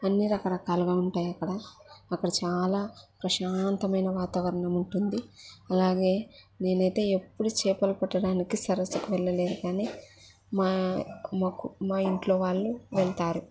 అన్నీ రకరకాలుగా ఉంటాయి అక్కడ అక్కడ చాలా ప్రశాంతమైన వాతావరణం ఉంటుంది అలాగే నేనైతే ఎప్పుడూ చేపలు పట్టడానికి సరస్సుకి వెళ్ళలేదు కానీ మా మాకు మా ఇంట్లో వాళ్ళు వెళ్తారు